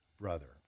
brother